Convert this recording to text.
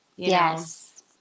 Yes